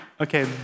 Okay